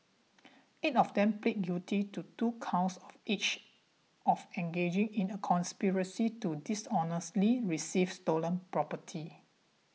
eight of them pleaded guilty to two counts of each of engaging in a conspiracy to dishonestly receive stolen property